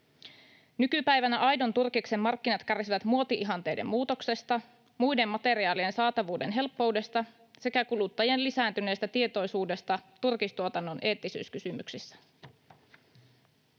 Nykypäivänä aidon turkiksen markkinat kärsivät muoti-ihanteiden muutoksesta, muiden materiaalien saatavuuden helppoudesta sekä kuluttajien lisääntyneestä tietoisuudesta turkistuotannon eettisyyskysymyksissä.